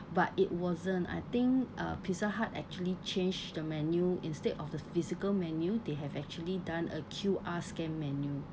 but it wasn't I think uh pizza hut actually changed the menu instead of the physical menu they have actually done a Q_R scan menu